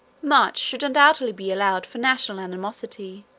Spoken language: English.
much should undoubtedly be allowed for national animosity,